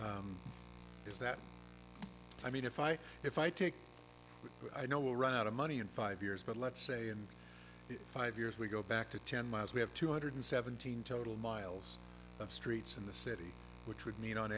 is that i mean if i if i take what i know will run out of money in five years but let's say in five years we go back to ten miles we have two hundred seventeen total miles of streets in the city which would mean on